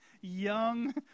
Young